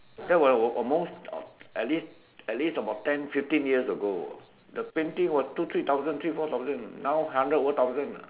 that was at most at least at least about ten fifteen years ago the painting was two three thousand three four thousand now hundred over thousand ah